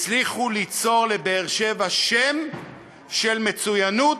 הצליחו ליצור לבאר-שבע שם של מצוינות,